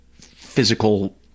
physical